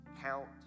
Count